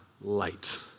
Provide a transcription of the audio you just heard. light